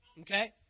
Okay